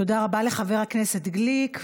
תודה רבה לחבר הכנסת גליק.